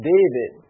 David